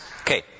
Okay